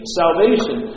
salvation